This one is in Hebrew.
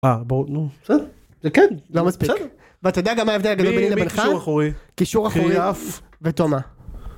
ברור נו בסדר זה כן לא מספיק ואתה יודע גם מה הבדל גדול ביני לבינך? קישור אחורי קישור ואף ותומה.